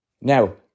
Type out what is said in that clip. Now